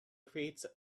creates